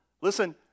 listen